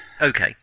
Okay